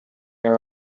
our